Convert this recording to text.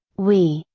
we,